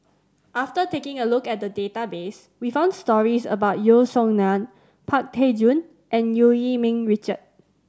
after taking a look at database we found stories about Yeo Song Nian Pang Teck Joon and Eu Yee Ming Richard